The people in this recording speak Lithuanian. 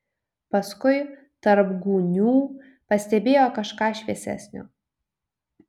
paskui tarp gūnių pastebėjo kažką šviesesnio